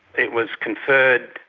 it was conferred,